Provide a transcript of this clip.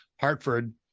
Hartford